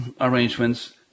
arrangements